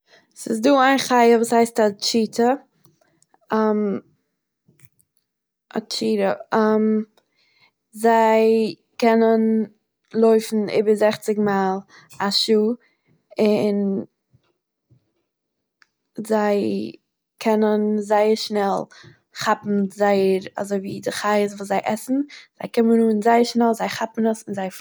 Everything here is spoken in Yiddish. ס'איז דא איין חי' וואס הייסט א טשיטע- א טשיטע, זיי קענען לויפן איבער זעכציג מייל א שעה און זיי... קענען זייער שנעל כאפן זייער אזוי ווי די חיות וואס זיי עסן, זיי קומען אן זייער שנעל, זיי כאפן עס און זיי פליען אוועק צוריק.